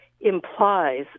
implies